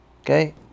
Okay